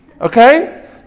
Okay